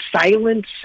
silence